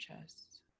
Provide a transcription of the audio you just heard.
chest